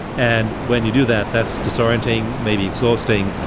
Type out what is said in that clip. and when you do that, that's disorienting, maybe exhausting,